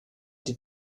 die